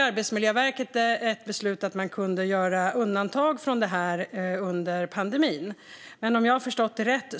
Arbetsmiljöverket fattade ett beslut om att man får göra undantag under pandemin, men om jag förstått det rätt